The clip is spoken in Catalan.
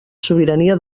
sobirania